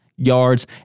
yards